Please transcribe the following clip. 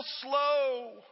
slow